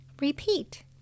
repeat